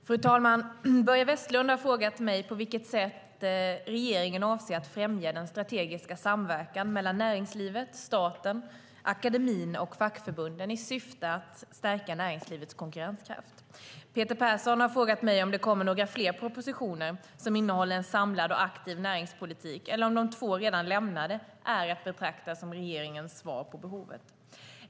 Fru talman! Börje Vestlund har frågat mig på vilket sätt regeringen avser att främja den strategiska samverkan mellan näringslivet, staten, akademin och fackförbunden i syfte att stärka näringslivets konkurrenskraft. Peter Persson har frågat mig om det kommer några fler propositioner som innehåller en samlad och aktiv näringspolitik eller om de två redan lämnade är att betrakta som regeringens svar på behovet.